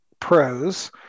pros